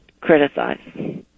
criticize